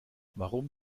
warum